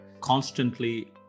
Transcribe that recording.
constantly